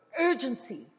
urgency